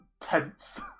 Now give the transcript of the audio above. tense